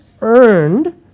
earned